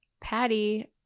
Patty